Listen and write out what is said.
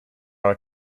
are